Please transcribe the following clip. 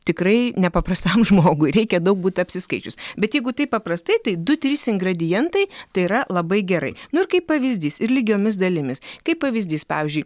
tikrai ne paprastam žmogui reikia daug būt apsiskaičius bet jeigu taip paprastai tai du trys ingredientai tai yra labai gerai nu ir kaip pavyzdys ir lygiomis dalimis kaip pavyzdys pavyzdžiui